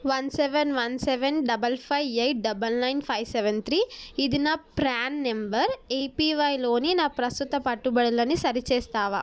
one seven one seven double five eight double nine five seven three ఇది నా PRAN number ఏపివైలోని నా ప్రస్తుత పెట్టుబడులని సరిచూస్తావా